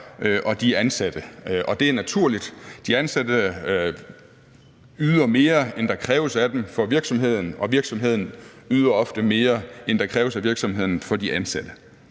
og de ansatte. Det er naturligt. De ansatte yder mere, end der kræves af dem, for virksomheden, og virksomheden yder ofte mere, end der kræves af virksomheden, for de ansatte.